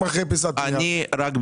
אז אני מחדש לך